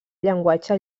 llenguatge